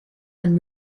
and